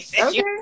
Okay